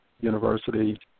university